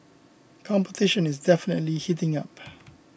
competition is definitely heating up